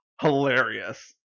hilarious